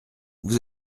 vous